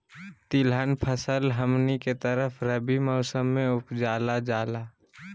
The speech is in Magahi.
तिलहन फसल हमनी के तरफ रबी मौसम में उपजाल जाला